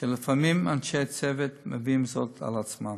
לפעמים אנשי צוות מביאים זאת על עצמם.